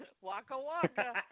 Waka-waka